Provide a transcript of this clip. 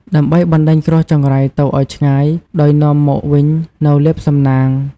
ដើម្បីបណ្ដេញគ្រោះចង្រៃទៅឲ្យឆ្ងាយ ដោយនាំមកវិញនូវលាភសំណាង។